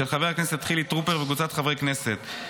של חבר הכנסת חילי טרופר וקבוצת חברי הכנסת,